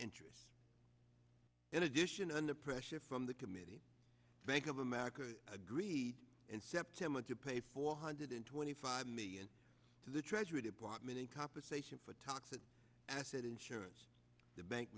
interest in addition under pressure from the committee bank of america agreed in september to pay four hundred twenty five million to the treasury department in compensation for toxic asset insurance the bank